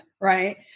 right